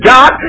God